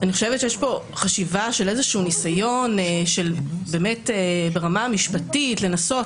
אני חושבת שיש כאן חשיבה של איזשהו ניסיון ברמה המשפטית לנסות